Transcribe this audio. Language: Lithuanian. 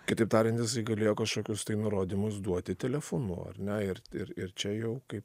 kitaip tariant jisai galėjo kažkokius nurodymus duoti telefonu ar ne ir ir ir čia jau kai